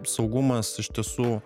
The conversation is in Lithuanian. saugumas iš tiesų